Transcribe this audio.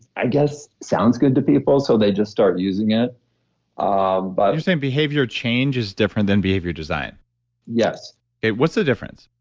i guess sounds good to people, so they just start using it um but you're saying behavior change is different than behavior design yes okay. what's the difference?